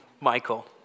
Michael